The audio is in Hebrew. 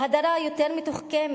יש הדרה יותר מתוחכמת,